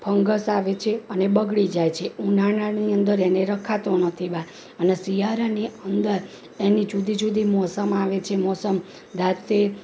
fungus આવે છે અને બગડી જાય છે ઉનાળાની અંદર એને રખાતો નથી બહાર અને શિયાળાની અંદર એની જુદી જુદી મોસમ આવે છે મોસમ દાંતે